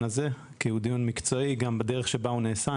הזה כי הוא דיון מקצועי גם בדרך שבה הוא נעשה.